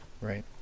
Right